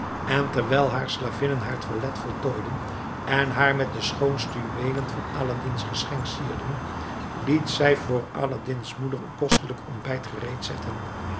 en terwijl haar slavinnen haar toilet voltooiden en haar met de schoonste juweelen van aladdin's geschenk sierden deed zij voor aladdins moeder een kostelijk ontbijt